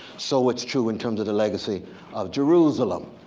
so what's true in terms of the legacy of jerusalem?